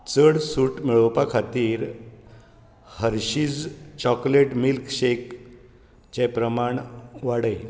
चड सूट मेळोवपा खातीर हर्शीज चॉकलेट मिल्क शेक चें प्रमाण वाडय